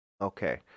Okay